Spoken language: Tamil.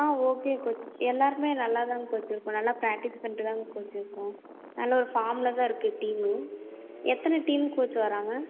ஆ ஓகே கோச் எல்லோருமே நல்லாதான் கோச் இருக்கோம் நல்லா பிராக்டிஸ் பண்ணிட்டுதான் கோச் இருக்கோம் நல்ல ஒரு ஃபார்மில் தான் இருக்குது டீமு எத்தனை டீம் கோச் வர்றாங்க